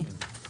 אני.